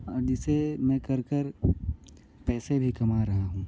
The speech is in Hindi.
और जिसे मैं कर कर पैसे भी कमा रहा हूँ